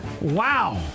wow